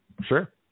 Sure